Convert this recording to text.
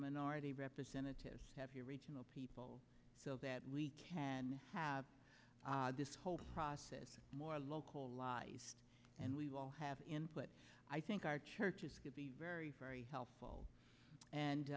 minority representatives of your regional people so that we can have this whole process more localized and we all have input i think our churches can be very helpful